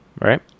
right